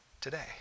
today